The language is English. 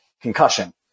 concussion